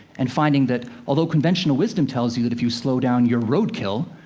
and finding that, although conventional wisdom tells you that if you slow down, you're road kill,